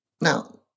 Now